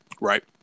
right